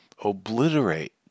obliterate